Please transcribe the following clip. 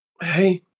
hey